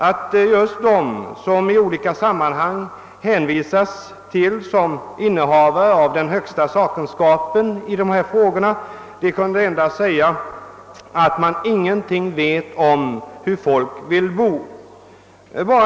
Just dessa människor, till vilka man i olika sammanhang hänvisar såsom innehavare av den största sakkunskapen i dessa frågor, kunde endast säga att de ingenting vet om hur folk vill bo.